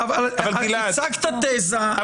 אבל הצגת תזה,